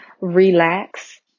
relax